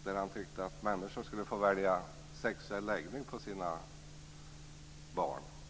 skrev en artikel i Dagens Nyheter där han tyckte att människor skulle få välja sexuell läggning på sina barn.